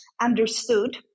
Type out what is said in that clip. understood